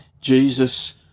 Jesus